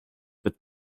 with